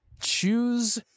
Choose